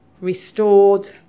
restored